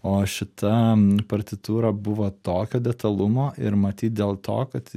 o šita partitūra buvo tokio detalumo ir matyt dėl to kad